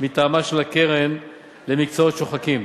מטעמה של הקרן למקצועות שוחקים,